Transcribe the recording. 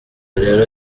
rero